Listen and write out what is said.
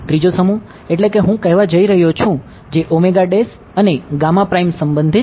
ત્રીજો સમૂહ એટ્લે કે હું કહેવા જઈ રહ્યો છું જે અને સંબંધિત છે